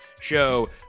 Show